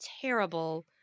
terrible